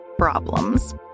problems